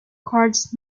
cards